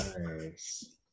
Nice